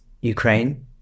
Ukraine